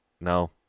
no